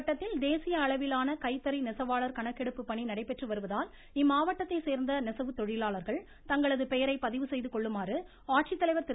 இருவரி கோவை மாவட்டத்தில் தேசிய அளவிலான கைத்தறி நெசவாளர்கள் கணக்கெடுப்பு பணி நடைபெற்று வருவதால் இம்மாவட்டத்தை சேர்ந்த நெசவுத் தொழிலாளர்கள் தங்களது பெயரை பதிவு செய்துகொள்ளுமாறு ஆட்சித்தலைவர் திரு